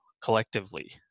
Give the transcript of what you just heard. collectively